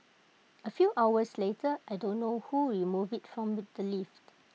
A few hours later I don't know who removed IT from the lift